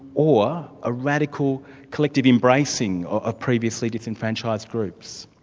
or a radical collective embracing of previously disenfranchised groups.